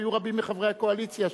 היו רבים מחברי הקואליציה,